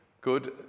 good